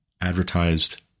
advertised